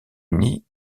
uni